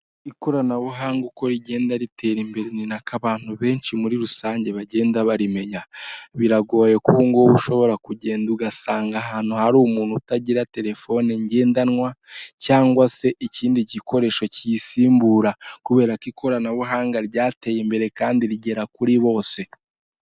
Ikoranabuhanga uko rigenda ritera imbere ni nako abantu benshi muri rusange bagenda barimenya, biragoye ko ubu ngubu ushobora kugenda ugasanga ahantu hari umuntu utagira telefone ngendanwa, cyangwa se ikindi gikoresho kiyisimbura, kubera ko ikoranabuhanga ryateye imbere kandi rigera kuri bose.